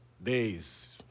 days